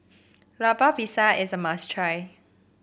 Lemper Pisang is a must try